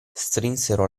strinsero